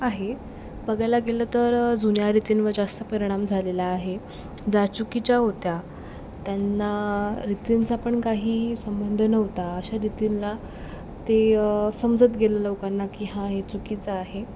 आहे बघायला गेलं तर जुन्या रीतींवर जास्त परिणाम झालेला आहे दा चुकीच्या होत्या त्यांना रीतींचा पण काही संबंध नव्हता अशा रीतींला ते समजतं गेलं लोकांना की हां हे चुकीचं आहे